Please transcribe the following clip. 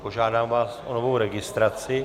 Požádám vás o novou registraci.